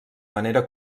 manera